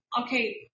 okay